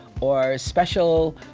or special,